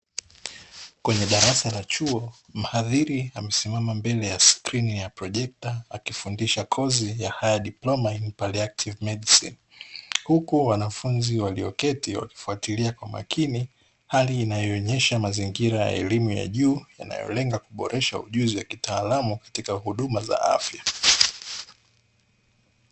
Kwenye darasa la chuo, mhadhiri amesimama mbele ya skrini na projekta akifundisha kozi ya haya diploma ini paliativu medisini. Huku wanafunzi walioketi wakifuatilia kwa makini hali inayoonyesha mazingira ya elimu ya juu yanayolenga kuboresha ujuzi wa kitaalamu katika huduma za afya.